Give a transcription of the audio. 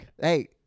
Hey